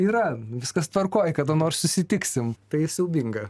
yra viskas tvarkoj kada nors susitiksim tai siaubinga